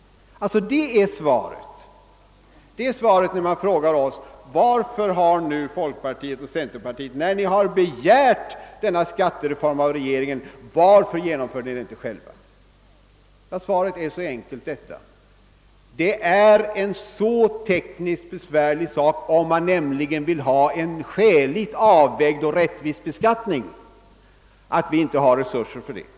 Detta är svaret, när man frågar oss varför folkpartiet och centern, som har begärt en skattereform av regeringen, inte själva utarbetat ett reformförslag. En skattereform är så tekniskt besvärlig, om man vill åstadkomma en skäligt avvägd och rättvis beskattning, att vi inte har resurser att utarbeta den.